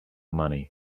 money